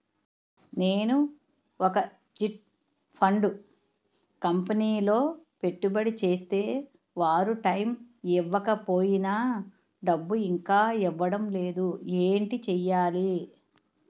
నేను ఒక chit fund కంపెనీలో పెట్టుబడి చేస్తే వారు టైమ్ ఇవ్వకపోయినా డబ్బు ఇంకా ఇవ్వడం లేదు ఏంటి చేయాలి?